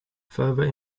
further